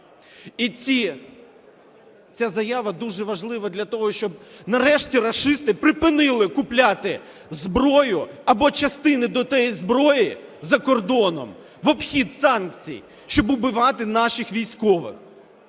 І ця заява дуже важлива для того, щоб нарешті рашисти припинили купляти зброю або частини до тої зброї закордоном в обхід санкцій, щоб убивати наших військових.